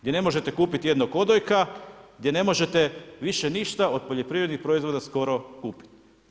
Gdje ne možete kupiti jednog odojka, gdje ne možete više ništa, od poljoprivrednih proizvoda skoro kupiti.